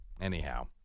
Anyhow